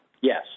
Yes